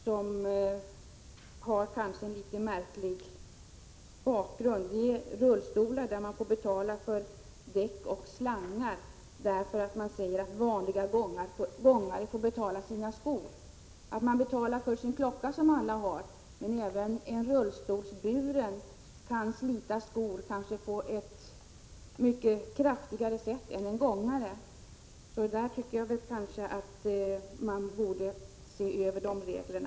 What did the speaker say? Bakgrunden till detta är märklig. Det gäller rullstolar där man får betala för däck och slangar eftersom gående får betala för sina skor — och alla får betala för sina egna klockor. Även en rullstolsbunden kan slita på sina ”skor”, ibland mycket mer än en gående. I detta fall tycker jag att man borde se över reglerna.